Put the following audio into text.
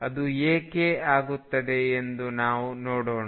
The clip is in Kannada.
ಅದು ಏಕೆ ಆಗುತ್ತದೆ ಎಂದು ನಾವು ನೋಡೋಣ